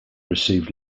received